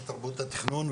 זה תרבות התכנון,